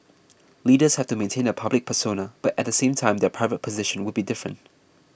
leaders have to maintain a public persona but at the same time their private position would be different